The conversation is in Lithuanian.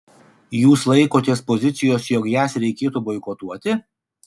jūs laikotės pozicijos jog jas reikėtų boikotuoti